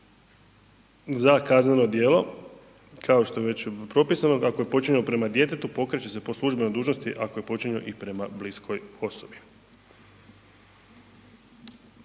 za kazneno djelo kao što je već propisano, ako je počinjeno prema djetetu pokreće se po službenoj dužnosti, ako je počinjeno i prema bliskoj osobi.